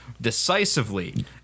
decisively